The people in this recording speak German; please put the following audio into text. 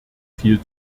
viel